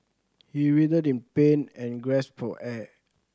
he writhed in pain and gasped for air